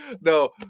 No